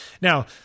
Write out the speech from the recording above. Now